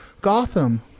Gotham